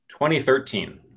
2013